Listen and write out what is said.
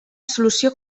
solució